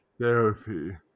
therapy